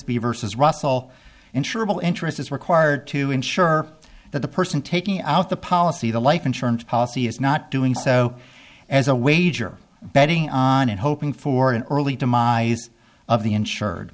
y versus russell insurable interest is required to ensure that the person taking out the policy the life insurance policy is not doing so as a wager betting on and hoping for an early demise of the insured